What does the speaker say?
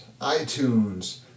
iTunes